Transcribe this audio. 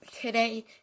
today